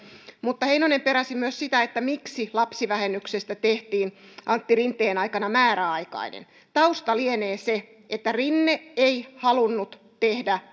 heinonen peräsi myös sitä miksi lapsivähennyksestä tehtiin antti rinteen aikana määräaikainen tausta lienee se että rinne ei halunnut tehdä